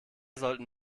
sollten